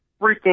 freaking